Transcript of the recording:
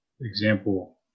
example